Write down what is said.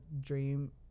dream